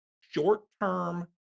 short-term